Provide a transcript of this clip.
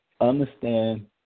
understand